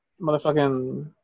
motherfucking